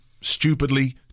stupidly